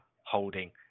holding